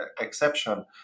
exception